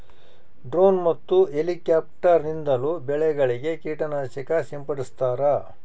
drone ಮತ್ತು helicopter ನಿಂದಲೂ ಬೆಳೆಗಳಿಗೆ ಕೀಟ ನಾಶಕ ಸಿಂಪಡಿಸ್ತಾರ